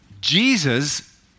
Jesus